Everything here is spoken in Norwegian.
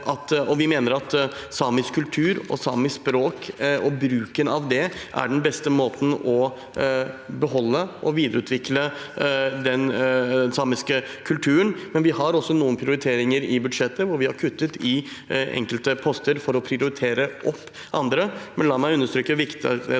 mener vi at samisk kultur og samisk språk og bruken av det er den beste måten å beholde og videreutvikle den samiske kulturen på. Vi har altså noen prioriteringer i budsjettet, hvor vi har kuttet i enkelte poster for å prioritere opp andre,